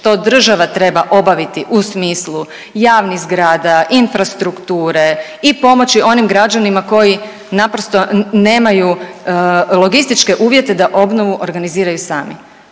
što država treba obaviti u smislu javnih zgrada, infrastrukture i pomoći onim građanima koji naprosto nemaju logističke uvjete da obnovu organiziraju sami,